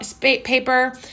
paper